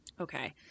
Okay